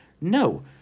No